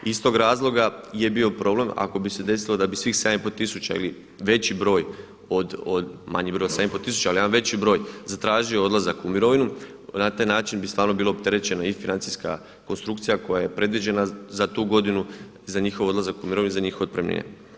I iz tog razloga je bio problem ako bi se desilo da bi svih 7,5 tisuća ili veći broj od, manji broj od 7,5 tisuća ali jedna veći broj zatražio odlazak u mirovinu, na taj način bi stvarno bilo opterećeno i financijska konstrukcija koja je predviđena za tu godinu i za njihov odlazak u mirovinu i za njihove otpremnine.